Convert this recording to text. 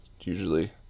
usually